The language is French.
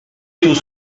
tous